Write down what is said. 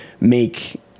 make